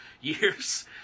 years